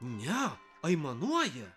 ne aimanuoja